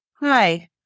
hi